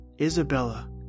Isabella